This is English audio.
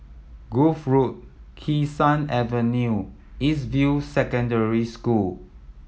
Grove Road Kee Sun Avenue and East View Secondary School